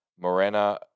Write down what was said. Morena